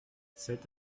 sept